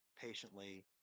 patiently